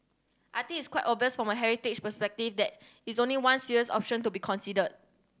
I think it's quite obvious from a heritage perspective that is only one serious option to be considered